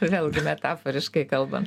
vėlgi metaforiškai kalbant